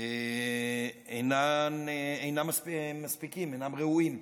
אינם מספיקים, אינם ראויים.